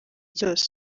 cyose